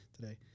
today